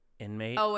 inmate